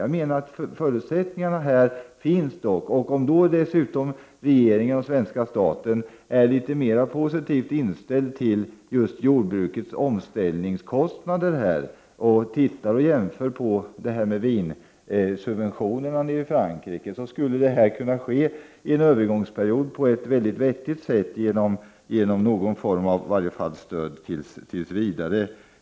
Jag menar att förutsättningarna finns. Om då dessutom regeringen och svenska staten är litet mera positivt inställda när det gäller jordbrukets omställningskostnader — och jämför med vinsubventionerna i Frankrike — så skulle det här kunna ske på ett vettigt sätt under en övergångsperiod genom någon form av stöd, i varje fall tills vidare.